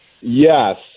yes